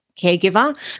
caregiver